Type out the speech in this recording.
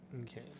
Okay